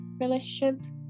relationship